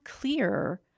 clear